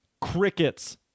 Crickets